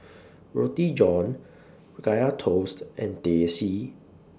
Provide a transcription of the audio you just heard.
Roti John Kaya Toast and Teh C